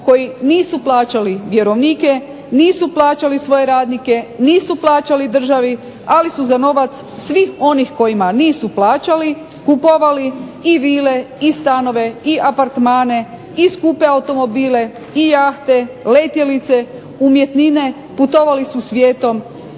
koji nisu plaćali vjerovnike, nisu plaćali svoje radnike, nisu plaćali državi, ali su za novac svih onih kojima nisu plaćali kupovali i vile i stanove i apartmane i skupe automobile i jahte, letjelice, umjetnine, putovali su svijetom